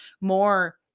more